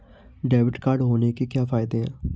Debit card होने के क्या फायदे हैं?